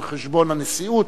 על חשבון הנשיאות,